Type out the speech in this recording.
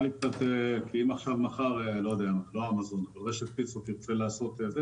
אם רשת פיצות תרצה לעשות משלוחים,